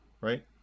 right